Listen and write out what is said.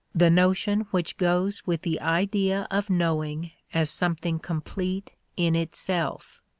the notion which goes with the idea of knowing as something complete in itself.